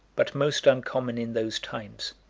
but most uncommon in those times,